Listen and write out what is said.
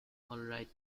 alright